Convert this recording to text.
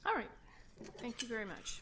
all right thank you very much